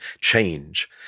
change